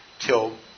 till